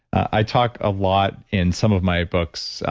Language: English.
i talk a lot in some of my books,